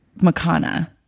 Makana